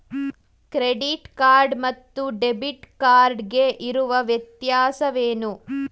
Credit card ಮತ್ತು debit card ಗೆ ಇರುವ ವ್ಯತ್ಯಾಸವೇನು?